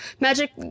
Magic